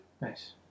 Nice